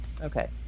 okay